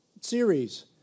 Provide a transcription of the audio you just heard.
series